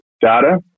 data